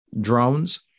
drones